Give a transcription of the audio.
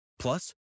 Plus